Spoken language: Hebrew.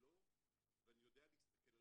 כולו ואני יודע להסתכל על